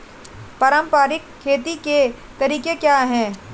पारंपरिक खेती के तरीके क्या हैं?